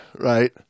right